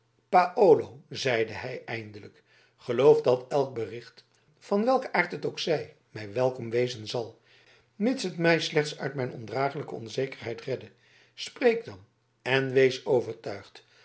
paolo zeide hij eindelijk geloof dat elk bericht van welken aard het ook zij mij welkom wezen zal mits het mij slechts uit mijn ondraaglijke onzekerheid redde spreek dan en wees overtuigd